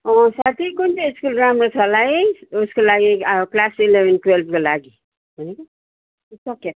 साथी कुन चाहिँ स्कुल राम्रो छ होला है उसको लागि क्लास इलेभेन टुवेल्भको लागि भयो कि सक्यो